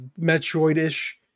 Metroid-ish